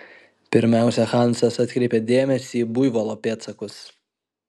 pirmiausia hansas atkreipė dėmesį į buivolo pėdsakus